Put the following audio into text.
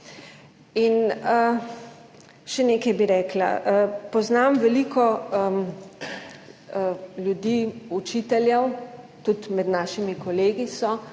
In še nekaj, bi rekla. Poznam veliko ljudi, učiteljev, tudi med našimi kolegi so,